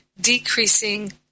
decreasing